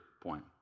point